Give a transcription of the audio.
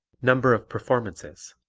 number of performances